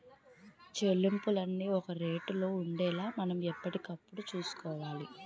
చెల్లింపులన్నీ ఒక రేటులో ఉండేలా మనం ఎప్పటికప్పుడు చూసుకోవాలి